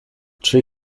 tree